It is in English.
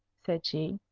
said she.